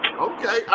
Okay